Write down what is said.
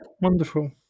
Wonderful